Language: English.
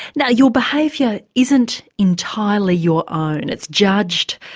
now your behaviour isn't entirely your own, it's judged,